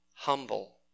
humble